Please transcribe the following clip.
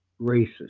racist